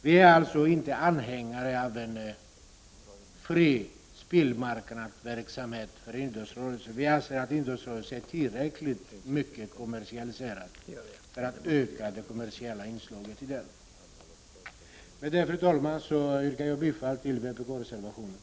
Vi är alltså inte anhängare av en fri spelmarknad för idrottsrörelsen. Vi anser att idrottsrörelsen är tillräckligt mycket kommersialiserad och att man inte behöver öka det kommersiella inslaget i den. Med detta, fru talman, yrkar jag bifall till vpk-reservationen.